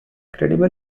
credible